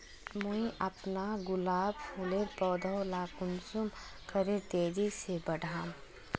मुई अपना गुलाब फूलेर पौधा ला कुंसम करे तेजी से बढ़ाम?